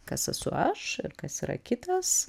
kas esu aš ir kas yra kitas